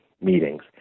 meetings